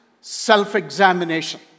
Self-examination